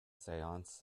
seance